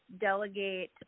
delegate